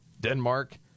Denmark